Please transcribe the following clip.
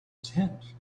tent